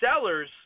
sellers